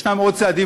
יש עוד צעדים,